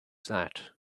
that